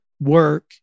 work